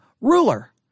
Ruler